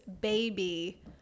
baby